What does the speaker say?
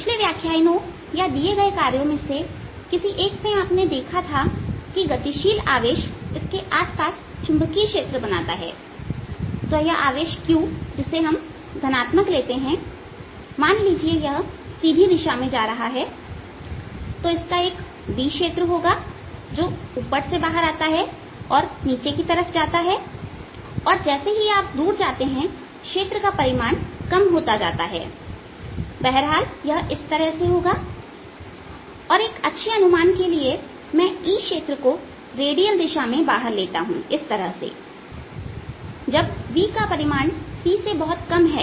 पिछले व्याख्यानो या दिए गए कार्यों में से किसी एक में आपने देखा था कि एक गतिशील आवेश इसके आसपास चुंबकीय क्षेत्र बनाता है तो यह आवेश q जिसे हम धनात्मक लेते हैं मान लीजिए कि यह सीधी दिशा में जा रहा है तो इसका एक B क्षेत्र होगा जो कि ऊपर से बाहर आता है और नीचे की तरफ जाता है और जैसे ही आप दूर जाते हैं क्षेत्र का परिमाण कम होता जाता है बहरहाल यह इस तरह से यह होगा और एक अच्छे अनुमान के लिए मैं E क्षेत्र को रेडियल दिशा में बाहर लेता हूं इस तरह से जब v का परिमाण c से बहुत कम है